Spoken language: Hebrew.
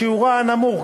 בשיעורה הנמוך,